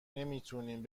نمیتونین